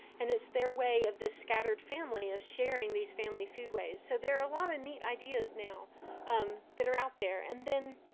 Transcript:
and it's their way of this scattered family of sharing these family foodways. so there are a lot of neat ideas now um that are out there. and then